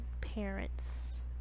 parents